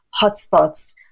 hotspots